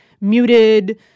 muted